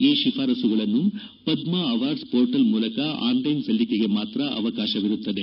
ಈ ಶಿಫಾರಸುಗಳನ್ನು Padma awards portal ಮೂಲಕ ಆನೆಲೈನ್ ಸಲ್ಲಿಕೆಗೆ ಮಾತ್ರ ಅವಕಾಶವಿರುತ್ತದೆ